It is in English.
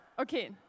Okay